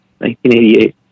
1988